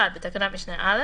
התשפ"א-2020 בתוקף סמכותה,